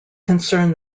concern